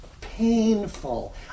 painful